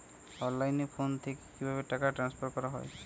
অনলাইনে ফোন থেকে কিভাবে টাকা ট্রান্সফার করা হয়?